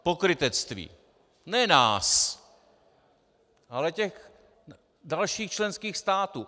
Pokrytectví ne nás, ale těch dalších členských států.